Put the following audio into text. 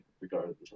regardless